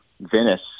Venice